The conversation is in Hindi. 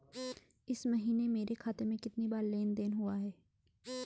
इस महीने मेरे खाते में कितनी बार लेन लेन देन हुआ है?